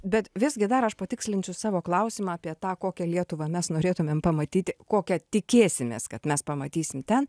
bet visgi dar aš patikslinsiu savo klausimą apie tą kokią lietuvą mes norėtumėm pamatyti kokią tikėsimės kad mes pamatysim ten